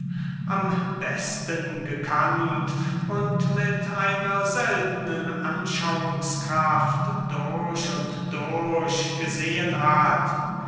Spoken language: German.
am besten gekannt und mit einer art von unbegreiflicher intuition durch und durch gesehen hat